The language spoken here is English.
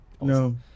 No